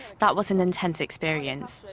that was an intense experience.